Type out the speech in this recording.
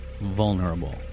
Vulnerable